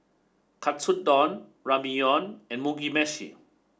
Katsudon Ramyeon and Mugi Meshi